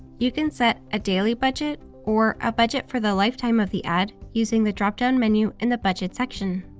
you can set a daily budget, or a budget for the lifetime of the ad using the dropdown menu in the budget section.